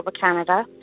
Canada